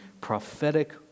prophetic